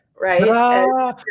right